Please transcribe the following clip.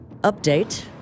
Update